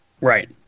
Right